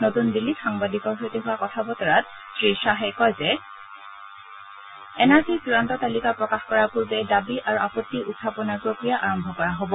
নতুন দিল্লীত সাংবাদিকৰ সৈতে হোৱা কথা বতৰাত শ্ৰী শ্বাহে কয় যে এন আৰ চিৰ চূড়ান্ত তালিকা প্ৰকাশ কৰাৰ পূৰ্বে দাবী আৰু আপত্তি উখাপনৰ প্ৰক্ৰিয়া আৰম্ভ কৰা হব